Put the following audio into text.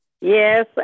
Yes